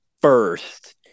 first